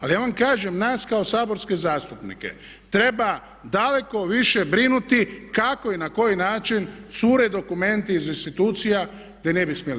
Ali ja vam kažem nas kao saborske zastupnike treba daleko više brinuti kako i na koji način cure dokumenti iz institucija gdje ne bi smjeli